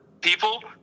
people